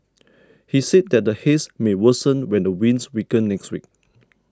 he said that the Haze may worsen when the winds weaken next week